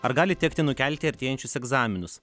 ar gali tekti nukelti artėjančius egzaminus